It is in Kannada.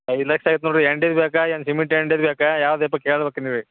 ಐದು ಲಕ್ಷ ಆಯ್ತು ನೋಡ್ರಿ ಎಂಡಿದ ಬೇಕಾ ಏನು ಸಿಮೆಂಟ್ ಎಂಡಿದ ಬೇಕಾ ಯಾವ್ದು ಆಗ್ಬೇಕು ಹೇಳ್ಬೇಕು ನೀವೇ